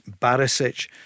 Barisic